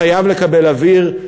חייב לקבל אוויר,